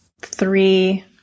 three